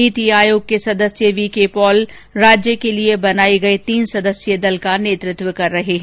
नीति आयोग के सदस्य वी के पॉल राज्य के लिए बनाई गई तीन सदस्यीय दल का नेतत्व कर रहे हैं